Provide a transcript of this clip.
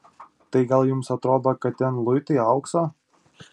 tai gal jums atrodo kad ten luitai aukso